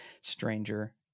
Stranger